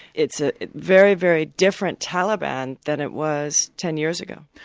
it's a very, very different taliban than it was ten years ago.